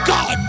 God